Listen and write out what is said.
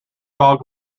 bog